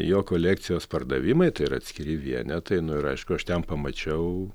jo kolekcijos pardavimai tai yra atskiri vienetai nu ir aišku aš ten pamačiau